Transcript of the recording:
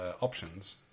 options